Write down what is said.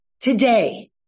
today